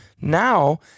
Now